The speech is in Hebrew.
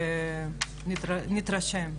ונתרשם.